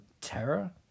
terror